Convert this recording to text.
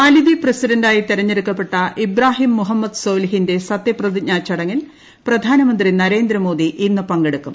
മാലിദ്വീപ് പ്രസിഡന്റായി തെരഞ്ഞെടുക്കപ്പെട്ട ഇബ്രാഹിം മുഹമ്മദ് സോലിഹിന്റെ സത്യപ്രതിജ്ഞ ചടങ്ങിൽ പ്രധാനമന്ത്രി നരേന്ദ്രമോദി ഇന്ന് പങ്കെടുക്കും